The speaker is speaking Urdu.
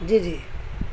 جی جی